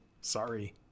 Sorry